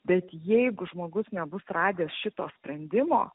bet jeigu žmogus nebus radęs šito sprendimo